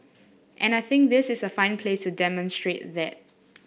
and I think this is a fine place to demonstrate that